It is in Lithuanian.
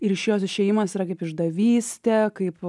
ir iš jos išėjimas yra kaip išdavystė kaip